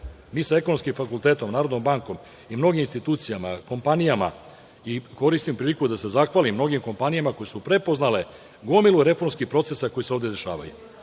mi sa ekonomskim fakultetom, Narodnom bankom i mnogim institucijama, kompanijama. Koristim priliku da se zahvalim mnogim kompanijama koje su prepoznale gomilu reformskih procesa koji se ovde dešavaju.